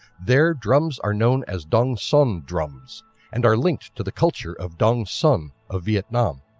there drums are known as dong son drums and are linked to the culture of dong son of vietnam.